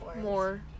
More